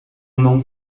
não